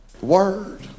Word